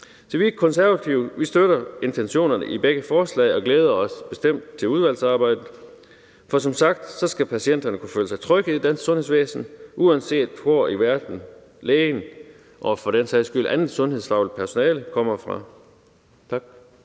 vi Konservative støtter intentionerne i begge forslag og glæder os bestemt til udvalgsarbejdet, for som sagt skal patienterne kunne føle sig trygge i det danske sundhedsvæsen, uanset hvor i verden lægen og for den sags skyld andet sundhedsfagligt personale kommer fra.